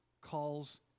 calls